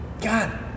God